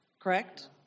Correct